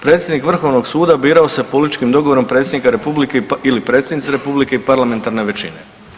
Predsjednik Vrhovnog suda birao se političkim dogovorom predsjednika Republike ili predsjednice Republike i parlamentarne većine.